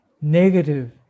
negative